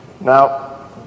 Now